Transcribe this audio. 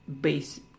base